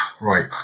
Right